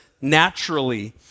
naturally